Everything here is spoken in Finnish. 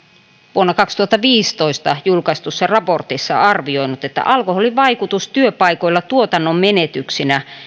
vuonna kaksituhattaviisitoista julkaistussa raportissa arvioinut että alkoholin vaikutus työpaikoilla tuotannon menetyksinä